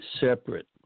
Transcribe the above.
separate